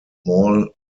mall